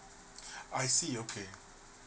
I see okay